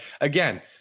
again